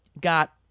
got